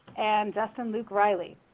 and justin luke riley.